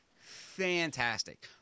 fantastic